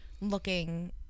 Looking